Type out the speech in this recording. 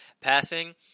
Passing